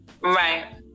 Right